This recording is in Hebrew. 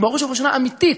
שהיא בראש ובראשונה אמיתית,